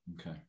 Okay